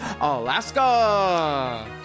Alaska